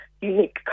unique